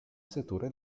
settore